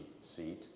seat